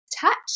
touch